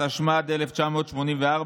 התשמ"ד 1984,